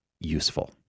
useful